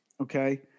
Okay